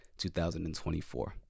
2024